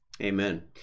Amen